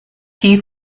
tea